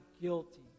guilty